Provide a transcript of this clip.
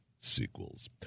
sequels